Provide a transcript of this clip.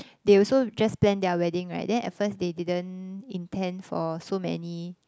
they also just plan their wedding right then at first they didn't intend for so many